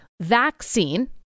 vaccine